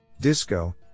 Disco